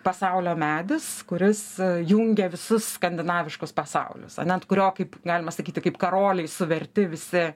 pasaulio medis kuris jungia visus skandinaviškus pasaulius ane ant kurio kaip galima sakyti kaip karoliai suverti visi